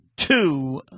Two